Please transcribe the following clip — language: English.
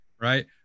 right